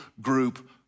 group